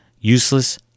Useless